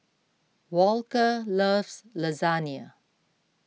Walker loves Lasagne